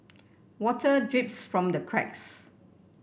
water drips from the cracks